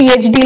PhD